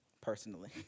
Personally